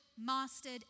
mastered